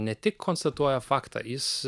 ne tik konstatuoja faktą jis